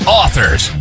authors